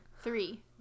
Three